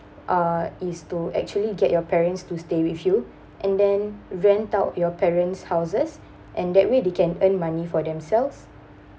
uh is to actually get your parents to stay with you and then rent out your parents' houses and that way they can earn money for themselves